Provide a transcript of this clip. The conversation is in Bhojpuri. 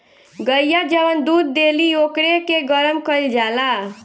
गइया जवन दूध देली ओकरे के गरम कईल जाला